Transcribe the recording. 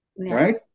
Right